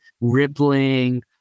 Rippling